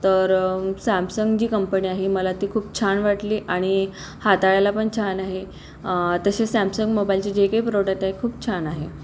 तर सॅमसंग जी कंपनी आहे मला ती खूप छान वाटली आणि हाताळायला पण छान आहे तशी सॅमसंग मोबाईलचे जे काही प्रॉडक्ट आहे खूप छान आहे